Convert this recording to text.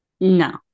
No